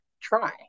try